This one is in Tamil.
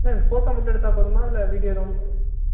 மேம் ஃபோட்டோ மட்டும் எடுத்தா போதுமா இல்லை வீடியோ எதுவும்